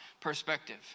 perspective